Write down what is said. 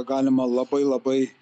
galima labai labai